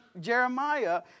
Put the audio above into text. Jeremiah